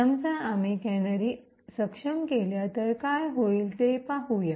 समजा आम्ही कॅनरी सक्षम केल्या तर काय होईल ते पाहूया